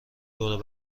برمان